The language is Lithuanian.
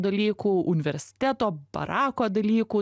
dalykų universiteto barako dalykų